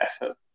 effort